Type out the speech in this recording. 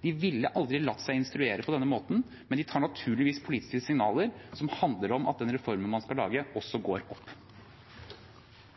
De ville aldri latt seg instruere på denne måten, men de tar naturligvis politiske signaler som handler om at den reformen man skal lage, også går opp.